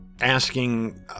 asking